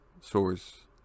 source